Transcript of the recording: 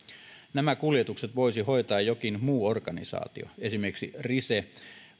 nämä kuljetukset voisi hoitaa jokin muu organisaatio esimerkiksi rise